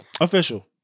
Official